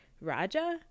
Raja